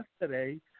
Yesterday